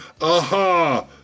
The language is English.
aha